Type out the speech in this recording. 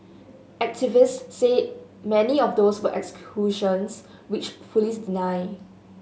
activists say many of those were executions which police deny